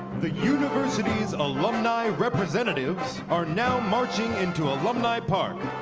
the university's alumni representatives are now marching into alumni park.